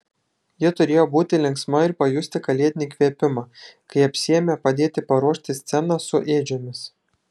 ji turėjo būti linksma ir pajusti kalėdinį įkvėpimą kai apsiėmė padėti paruošti sceną su ėdžiomis